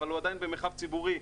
אבל הוא עדיין במרחב ציבורי,